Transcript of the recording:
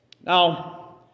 Now